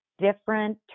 different